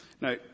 Now